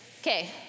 Okay